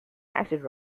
acid